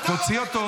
תוציאו אותו